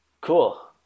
Cool